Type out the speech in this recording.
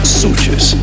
sutures